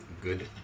Good